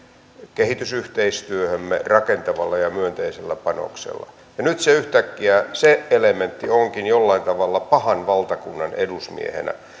kehitysyhteistyöhömme rakentavalla ja myönteisellä panoksella ja nyt se elementti yhtäkkiä onkin jollain tavalla pahan valtakunnan edusmiehenä